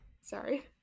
Sorry